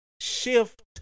shift